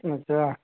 अच्छा